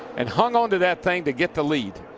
and hung on to that thing to get the lead.